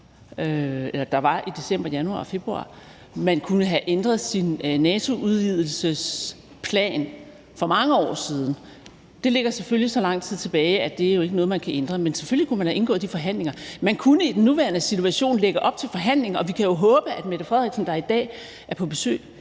altså i december, januar og februar. Man kunne have ændret sin NATO-udvidelsesplan for mange år siden. Det ligger selvfølgelig så lang tid tilbage, at det jo ikke er noget, man kan ændre. Men selvfølgelig kunne man have indgået i de forhandlinger. Man kunne i den nuværende situation lægge op til forhandlinger. Vi kan jo håbe, at statsministeren, der i dag er på besøg